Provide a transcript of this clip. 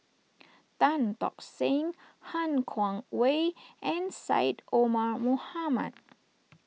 Tan Tock Seng Han Guangwei and Syed Omar Mohamed